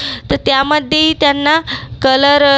तर त्यामध्ये ही त्यांना कलर